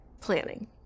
planning